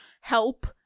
help